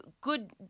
good